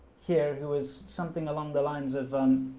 here who was something along the lines of hmm?